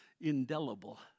indelible